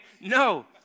No